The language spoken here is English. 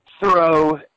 throw